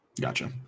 Gotcha